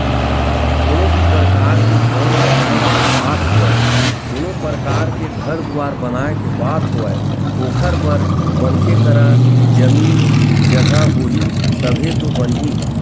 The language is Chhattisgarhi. कोनो भी परकार के भवन बनाए के बात होवय कोनो परकार के घर दुवार बनाए के बात होवय ओखर बर मनखे करा जमीन जघा होही तभे तो बनही